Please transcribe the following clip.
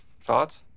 Thoughts